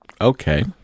Okay